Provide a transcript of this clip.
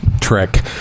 trick